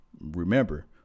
Remember